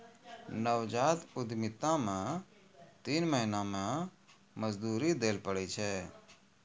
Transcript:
नवजात उद्यमिता मे तीन महीना मे मजदूरी दैल पड़ै छै